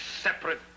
separate